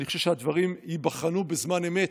אני חושב שהדברים ייבחנו בזמן אמת.